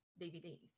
DVDs